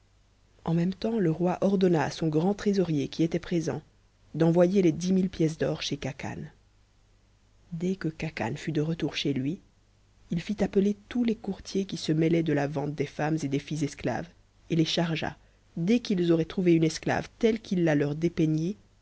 en même temps le roi ordonna à son grand trésorier qui était présent d'envoyer les dix mille pièces d'or chez khacan dès que khacan fut de retour chez lui il fit appeler tous les courtiers qui se mêlaient de la vente des femmes et des filles esclaves et les chargea dès qu'ils auraient trouvé une esclave telle qu'il la leur dépeignit